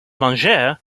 manger